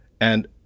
and-